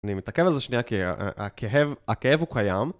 אני מתעכב על זה שנייה, כי הכאב הוא קיים.